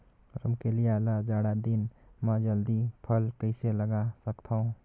रमकलिया ल जाड़ा दिन म जल्दी फल कइसे लगा सकथव?